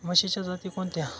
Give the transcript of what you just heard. म्हशीच्या जाती कोणत्या?